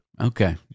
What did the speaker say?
okay